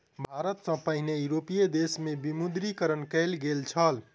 भारत सॅ पहिने यूरोपीय देश में विमुद्रीकरण कयल गेल छल